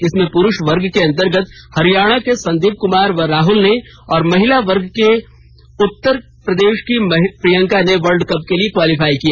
इसमें पुरुष वर्ग के अंतर्गत हरियाणा के संदीप कुमार व राहुल ने और महिला वर्ग में उत्तर प्रदेश की प्रियंका ने वर्ल्ड कप के लिए क्वालीफाई किया